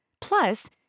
Plus